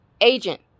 agent